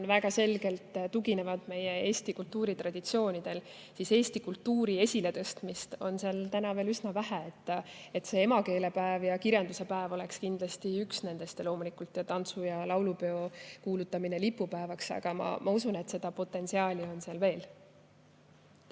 väga selgelt tuginevad meie eesti kultuuri traditsioonidele, on seal eesti kultuuri esiletõstmist veel üsna vähe. See emakeelepäev ja kirjandusepäev oleks kindlasti üks nendest, loomulikult ka tantsu‑ ja laulupeo kuulutamine lipupäevaks. Aga ma usun, et potentsiaali on seal veel.